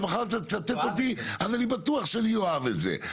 מחר אתה תצטט אותי ואני בטוח שאני אוהב את זה,